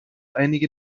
einige